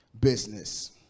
business